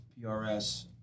PRS